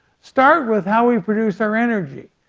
start with how we produce our energy,